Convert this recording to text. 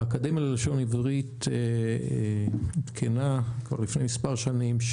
האקדמיה ללשון עברית עדכנה כבר לפני מספר שנים,